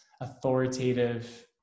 authoritative